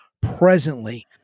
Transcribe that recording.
presently